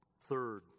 Third